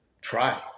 Try